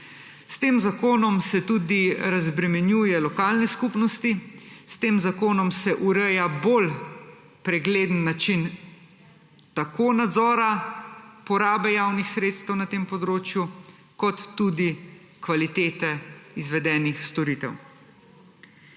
S tem zakonom se tudi razbremenjuje lokalne skupnosti, s tem zakonom se ureja bolj pregleden način tako nadzora porabe javnih sredstev na tem področju kot tudi kvalitete izvedenih storitev.